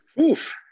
Oof